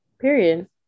period